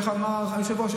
איך אמר היושב-ראש?